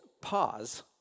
pause